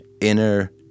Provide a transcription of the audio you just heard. inner